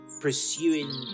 pursuing